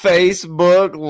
Facebook